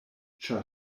ĉar